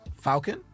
Falcon